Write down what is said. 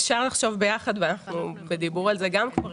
אפשר לחשוב ביחד ואנחנו בדיבור על זה כמה